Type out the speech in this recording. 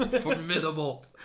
Formidable